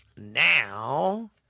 Now